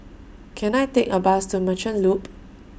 Can I Take A Bus to Merchant Loop